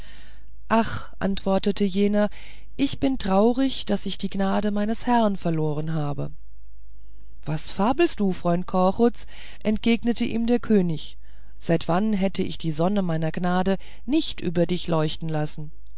ach antwortete er ich bin traurig daß ich die gnade meines herrn verloren habe was fabelst du freund korchuz entgegnete ihm der könig seit wann hätte ich die sonne meiner gnade nicht über dich leuchten lassen